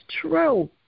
true